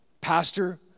Pastor